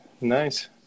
Nice